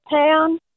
town